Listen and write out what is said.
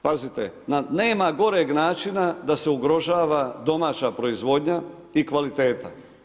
Pazite, nema goreg načina da se ugrožava domaća proizvodnja i kvaliteta.